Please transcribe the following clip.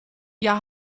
hja